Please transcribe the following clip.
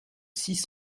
six